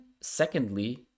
secondly